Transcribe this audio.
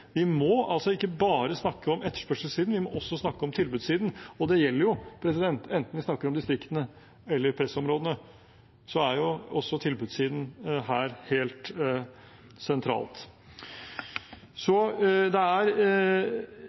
Vi må ikke bare snakke om etterspørselssiden. Vi må også snakke om tilbudssiden, og det gjelder enten vi snakker om distriktene eller pressområdene. Så her er tilbudssiden helt sentralt. Det er